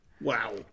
Wow